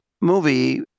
movie